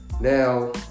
Now